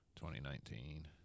2019